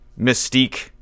mystique